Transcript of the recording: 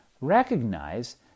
recognize